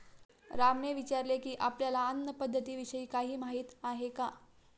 रामने विचारले की, आपल्याला अन्न पद्धतीविषयी काही माहित आहे का?